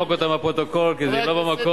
שנמחק אותה מהפרוטוקול, כי זה לא במקום.